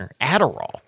Adderall